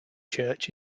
church